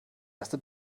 erste